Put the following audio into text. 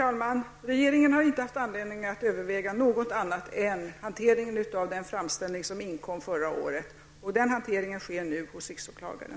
Herr talman! Regeringen har inte haft anledning att överväga något annat än hanteringen av den framställning som förra året inkom, och den hanteringen sker nu hos riksåklagaren.